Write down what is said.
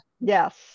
Yes